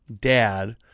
dad